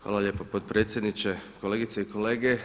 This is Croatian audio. Hvala lijepa potpredsjedniče, kolegice i kolege.